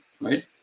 Right